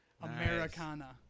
Americana